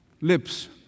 lips